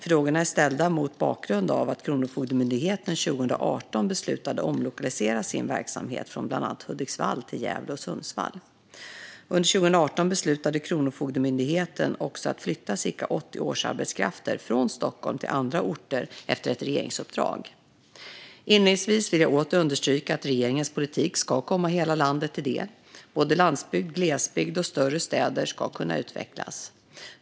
Frågorna är ställda mot bakgrund av att Kronofogdemyndigheten 2018 beslutade att omlokalisera sin verksamhet från bland annat Hudiksvall till Gävle och Sundsvall. Under 2018 beslutade Kronofogdemyndigheten också att flytta ca 80 årsarbetskrafter från Stockholm till andra orter efter ett regeringsuppdrag. Inledningsvis vill jag åter understryka att regeringens politik ska komma hela landet till del. Både landsbygd, glesbygd och större städer ska kunna utvecklas.